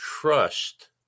trust